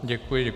Děkuji.